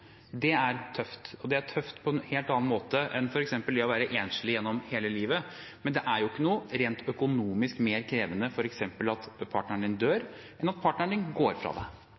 Det er tøft, og det er tøft på en helt annen måte enn f.eks. det å være enslig gjennom hele livet. Men det er jo ikke noe rent økonomisk mer krevende at partneren din dør enn at partneren din går fra deg. Og det